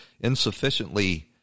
insufficiently